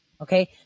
Okay